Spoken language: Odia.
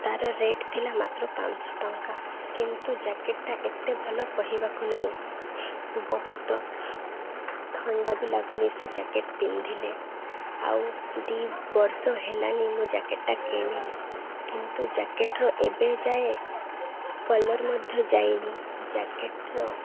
ତା'ର ରେଟ୍ ଥିଲା ମାତ୍ର ପାଞ୍ଚ ଶହ ଟଙ୍କା କିନ୍ତୁ ଜ୍ୟାକେଟ୍ଟା ଏତେ ଭଲ କହିବାକୁ ନାଇଁ ବହୁତ ଥଣ୍ଡା ବି ଲାଗୁନି ସେ ଜ୍ୟାକେଟ୍ ପିନ୍ଧିଲେ ଆଉ ଦୁଇ ବର୍ଷ ହେଲାଣି ମୁଁ ଜ୍ୟାକେଟ୍ଟା କିଣିଲି କିନ୍ତୁ ଜ୍ୟାକେଟ୍ର ଏବେ ଯାଏ କଲର୍ ମଧ୍ୟ ଯାଇନି ଜ୍ୟାକେଟ୍ର